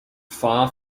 far